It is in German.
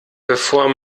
bevor